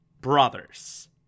brothers